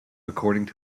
according